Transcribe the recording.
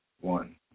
one